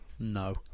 no